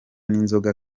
inzoga